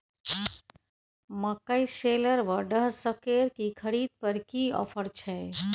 मकई शेलर व डहसकेर की खरीद पर की ऑफर छै?